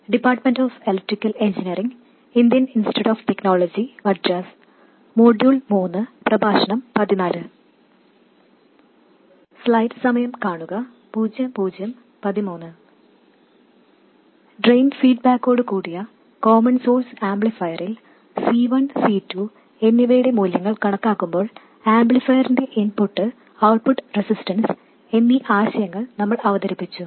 drain ഫീഡ്ബാക്കോടുകൂടിയ common source ആംപ്ലിഫയറിൽ C1 C2 എന്നിവയുടെ മൂല്യങ്ങൾ കണക്കാക്കുമ്പോൾ ആംപ്ലിഫയറിന്റെ ഇൻപുട്ട് ഔട്ട്പുട്ട് റെസിസ്റ്റൻസ് എന്നീ ആശയങ്ങൾ നമ്മൾ അവതരിപ്പിച്ചു